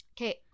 Okay